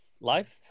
life